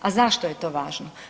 A zašto je to važno?